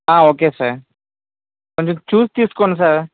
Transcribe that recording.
okay sir కొంచెం చూసి తీస్కోండి సార్